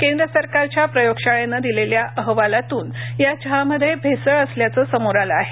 केंद्र सरकारच्या प्रयोगशाळेनं दिलेल्या अहवालातून या चहामध्ये भेसळ असल्याचं समोर आलं आहे